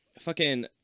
fucking-